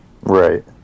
Right